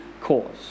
cause